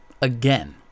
again